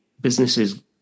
businesses